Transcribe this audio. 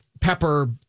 pepper